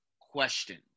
question